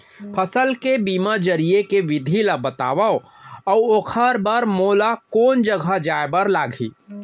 फसल के बीमा जरिए के विधि ला बतावव अऊ ओखर बर मोला कोन जगह जाए बर लागही?